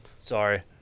Sorry